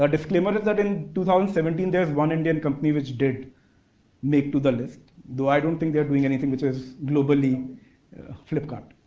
ah disclaimer is that in two thousand and seventeen, there's one indian company which did make to the list. though, i don't think they're doing anything which is globally flipkart.